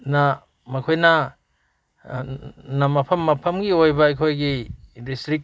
ꯅ ꯃꯈꯣꯏꯅ ꯃꯐꯝ ꯃꯐꯝꯒꯤ ꯑꯣꯏꯕ ꯑꯩꯈꯣꯏꯒꯤ ꯗꯤꯁꯇ꯭ꯔꯤꯛ